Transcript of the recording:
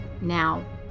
now